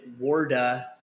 Warda